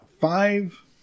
five